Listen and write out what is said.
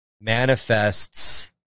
manifests